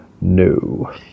No